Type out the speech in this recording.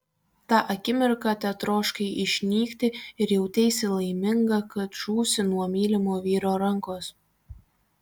tą akimirką tetroškai išnykti ir jauteisi laiminga kad žūsi nuo mylimo vyro rankos